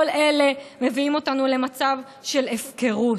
כל אלה מביאים אותנו למצב של הפקרות,